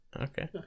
Okay